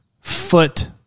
foot